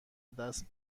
دست